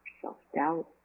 self-doubt